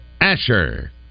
Asher